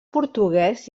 portuguès